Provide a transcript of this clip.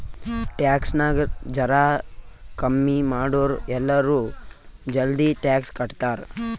tax ನಾಗ್ ಜರಾ ಕಮ್ಮಿ ಮಾಡುರ್ ಎಲ್ಲರೂ ಜಲ್ದಿ ಟ್ಯಾಕ್ಸ್ ಕಟ್ತಾರ್